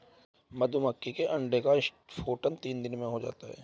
मधुमक्खी के अंडे का स्फुटन तीन दिनों में हो जाता है